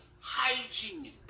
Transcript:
hygiene